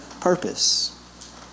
purpose